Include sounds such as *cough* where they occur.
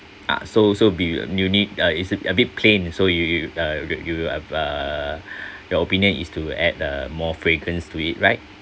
ah so so be uh you need uh is a bit plain so you you you uh you have uh *breath* your opinion is to add uh more fragrance to it right